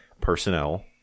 personnel